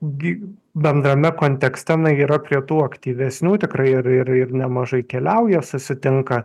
gi bendrame kontekste yra prie tų aktyvesnių tikrai ir ir ir nemažai keliauja susitinka